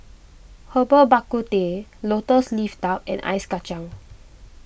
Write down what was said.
Herbal Bak Ku Teh Lotus Leaf Duck and Ice Kacang